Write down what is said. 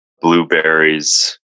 blueberries